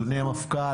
אדוני המפכ"ל,